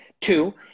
two